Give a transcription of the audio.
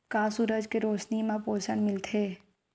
का सूरज के रोशनी म पोषण मिलथे?